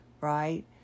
right